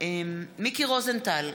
מיקי רוזנטל,